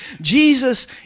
Jesus